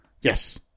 Yes